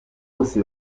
bose